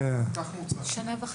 אנחנו הצענו שנה וחצי,